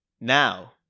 Now